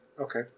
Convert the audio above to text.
Okay